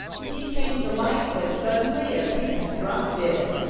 he came to life as suddenly as he had dropped dead.